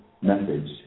methods